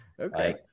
Okay